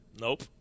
Nope